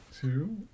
Two